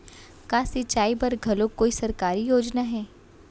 का सिंचाई बर घलो कोई सरकारी योजना हे?